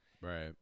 Right